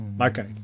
Okay